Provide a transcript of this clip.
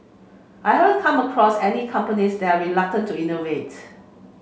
I haven't come across any companies that are reluctant to innovate